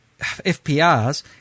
FPRs